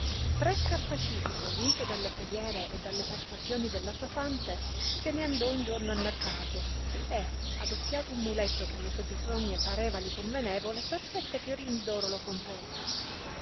terminasse pre scarpacifico vinto dalle preghiere e dalle persuasioni della sua fante se ne andò un giorno al mercato e adocchiato un muletto che alle bisogne sue parevali convenevole per sette fiorini d'oro lo comperò